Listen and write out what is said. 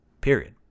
Period